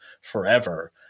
forever